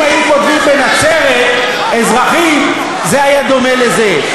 אם היו כותבים בנצרת אזרחים, זה היה דומה לזה,